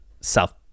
South